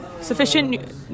sufficient